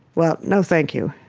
well, no thank you.